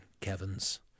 Kevin's